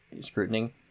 scrutiny